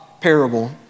parable